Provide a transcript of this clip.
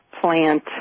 plant